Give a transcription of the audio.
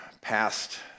past